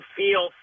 feel